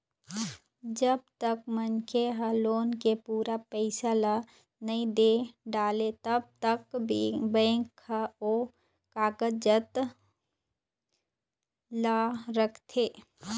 जब तक मनखे ह लोन के पूरा पइसा ल नइ दे डारय तब तक बेंक ह ओ कागजात ल राखथे